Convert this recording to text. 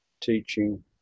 teaching